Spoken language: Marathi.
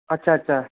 अच्छा अच्छा